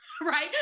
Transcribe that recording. Right